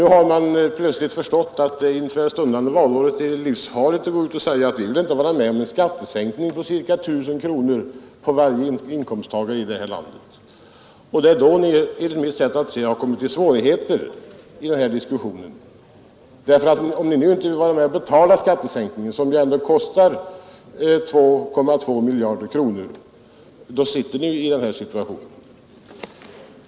Nu har man plötsligt förstått att det inför det stundande valet är livsfarligt att gå ut och säga att man inte vill vara med om att ge alla inkomsttagare här i landet en skattesänkning på 1 000 kronor. Det är därför ni enligt mitt sätt att se kommit i svårigheter, när ni inte vill vara med och betala skattesänkningen, som juw ändå kostar 2,2 miljarder.